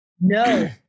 No